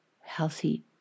healthy